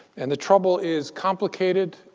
and the trouble is complicated.